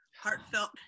heartfelt